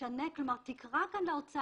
שתשנה את זה, כלומר, תקרא כאן לאוצר: